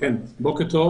בוקר טוב